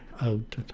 out